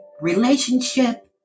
relationship